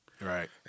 Right